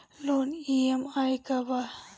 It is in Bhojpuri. लोन ई.एम.आई का बा?